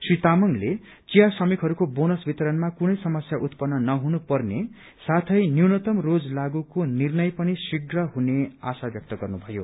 श्री तामाङले आशा व्यक्त गर्नुभयो चिया श्रमिकहरूको बोनस वितरणमा कुनै समस्या उत्पन्न नहुनु पर्ने साथै न्यूनतम रोज लागूको फैसला पनि शीघ्न हुने आशा व्यक्त गर्नुभयो